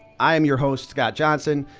i'm your host scott johnson,